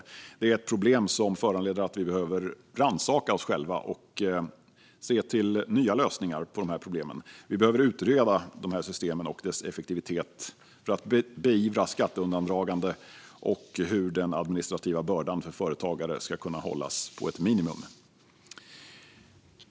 Detta är ett problem som föranleder att vi behöver rannsaka oss själva och se på nya lösningar. Vi behöver utreda systemet och dess effektivitet för att beivra skatteundandragande samt hur den administrativa bördan för företagare ska kunna hållas på ett minimum.